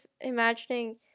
imagining